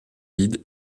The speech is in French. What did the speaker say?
vides